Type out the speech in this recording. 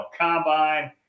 combine